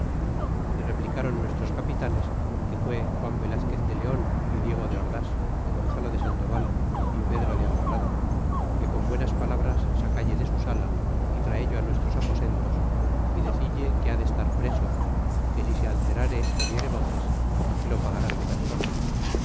y replicron nuestros capitanes que fué juan velazquez de leon y diego de ordas é gonzalo de sandoval y pedro de alvarado que con buenas palabras sacalle de su sala y mello nuestros aposentos y decille que ha de estar preso que si se alterase diere voces que lo pagará su persona